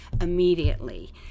immediately